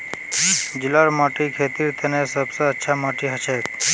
जलौढ़ माटी खेतीर तने सब स अच्छा माटी हछेक